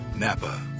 Napa